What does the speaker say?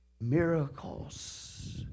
miracles